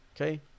okay